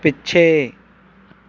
ਪਿੱਛੇ